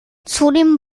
zudem